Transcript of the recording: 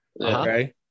okay